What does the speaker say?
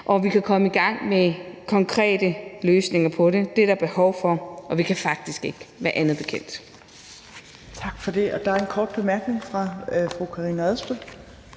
at vi kan komme i gang med konkrete løsninger på det. Det er der behov for, og vi kan faktisk ikke være andet bekendt.